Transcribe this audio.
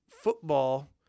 football